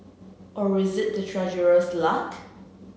or is it the treasurer's luck